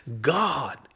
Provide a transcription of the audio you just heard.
God